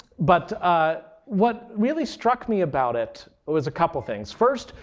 but ah what really struck me about it was a couple things. first,